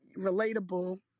relatable